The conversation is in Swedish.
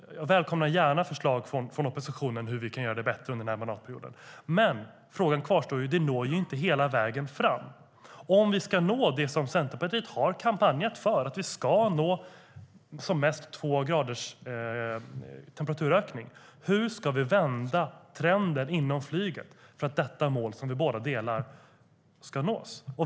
Jag välkomnar förslag från oppositionen om hur vi kan göra det bättre under den här mandatperioden. Men frågan kvarstår. Detta når inte hela vägen fram. Centerpartiet har kampanjat för att det som mest ska bli två graders temperaturökning, och vi instämmer. Men hur ska vi då vända trenden inom flyget för att detta mål ska nås?